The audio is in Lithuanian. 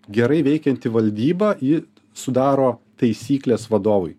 gerai veikianti valdyba ji sudaro taisykles vadovui